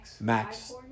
Max